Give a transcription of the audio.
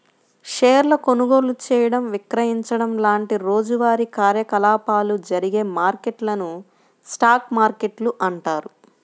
షేర్ల కొనుగోలు చేయడం, విక్రయించడం లాంటి రోజువారీ కార్యకలాపాలు జరిగే మార్కెట్లను స్టాక్ మార్కెట్లు అంటారు